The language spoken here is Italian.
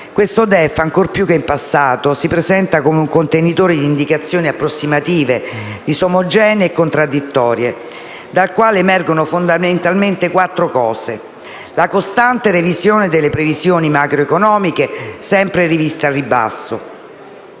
presenta, ancor più che in passato, come un contenitore di indicazioni approssimative, disomogenee e contraddittorie da cui emergono fondamentalmente quattro cose, a cominciare dalla costante revisione delle previsioni macroeconomiche, sempre riviste al ribasso